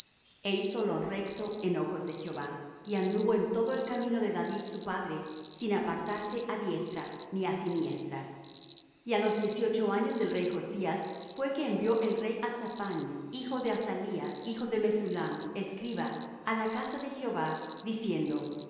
e hizo lo recto en ojos de jehová y anduvo en todo el camino de david su padre sin apartarse á diestra ni á siniestra y á los dieciocho años del rey josías fué que envió el rey á saphán hijo de azalía hijo de mesullam escriba á la casa de jehová diciendo ve á